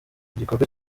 igikorwa